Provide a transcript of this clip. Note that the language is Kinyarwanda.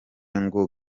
ngo